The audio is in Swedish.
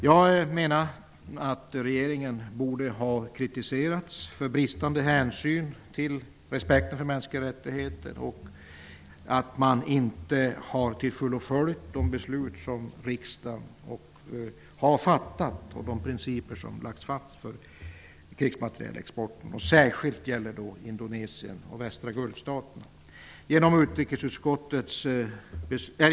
Jag menar att regeringen borde ha kritiserats för bristande hänsyn till respekten för mänskliga rättigheter och för att man inte till fullo har följt de beslut som riksdagen har fattat och de principer som lagts fast för krigsmaterielexporten. Det gäller särskilt Indonesien och västra Gulfstaterna.